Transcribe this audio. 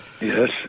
Yes